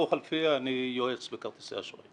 ואז יש בעיה לקיים את הסעיף,